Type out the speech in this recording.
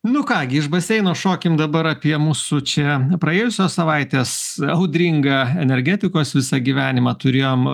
nu ką gi iš baseino šokim dabar apie mūsų čia praėjusios savaitės audringą energetikos visą gyvenimą turėjom